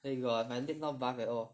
where got my leg not buff at all